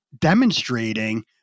demonstrating